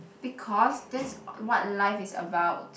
because that's what life is about